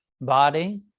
body